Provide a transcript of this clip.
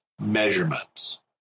measurements